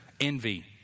envy